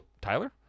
Tyler